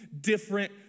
different